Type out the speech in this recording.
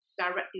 directly